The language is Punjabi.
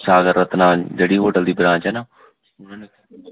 ਸਾਗਰ ਰਤਨਾ ਜਿਹੜੀ ਹੋਟਲ ਦੀ ਬ੍ਰਾਂਚ ਹੈ ਨਾ ਉਹਨਾਂ ਨੇ